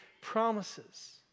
promises